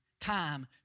Time